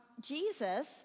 Jesus